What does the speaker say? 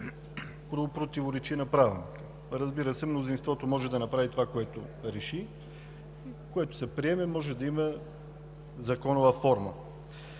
противоречи на Правилника. Разбира се, мнозинството може да направи това, което реши, и което се приеме може да има законова форма.